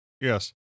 Yes